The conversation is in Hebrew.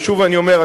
ושוב אני אומר,